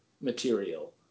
material